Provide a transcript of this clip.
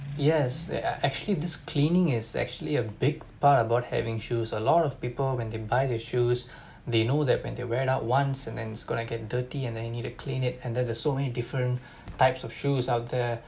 yes there are actually this cleaning is actually a big part about having shoes a lot of people when they buy their shoes they know that when they wear it out once and then it's going to get dirty and then you need to clean it and there's so many different types of shoes out there